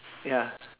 ya